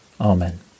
Amen